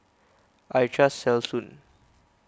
I trust Selsun